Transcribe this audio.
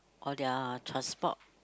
or their transport